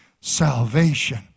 salvation